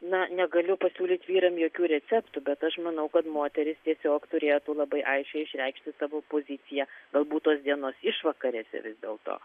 na negaliu pasiūlyti vyram jokių receptų bet aš manau kad moterys tiesiog turėtų labai aiškiai išreikšti savo poziciją galbūt tos dienos išvakarėse vis dėlto